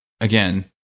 again